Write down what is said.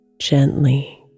gently